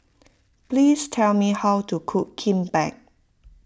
please tell me how to cook Kimbap